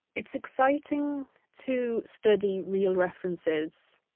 it's exciting to study real references,